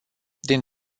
din